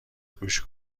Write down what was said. گوش